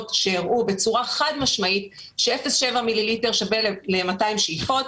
שהראו בצורה חד משמעית ש-0.7 מיליליטר שווה ל-200 שאיפות.